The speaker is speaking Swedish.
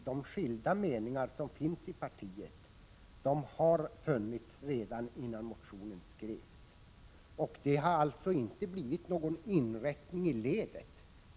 De skilda meningarna i partiet fanns redan innan motionen skrevs, och det har alltså inte skett någon inrättning i ledet.